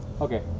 Okay